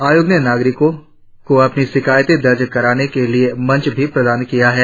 आयोग ने नागरिकों को अपनी शिकायते दर्ज करने के लिए मंच भी प्रदान किया है